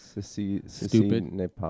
stupid